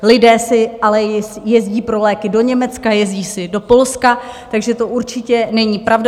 Lidé si ale jezdí pro léky do Německa, jezdí si do Polska, takže to určitě není pravda.